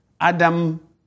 Adam